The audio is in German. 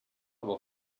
aber